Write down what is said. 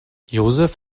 josef